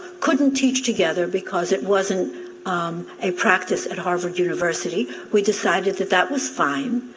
couldn't teach together because it wasn't a practice at harvard university, we decided that that was fine,